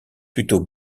plutôt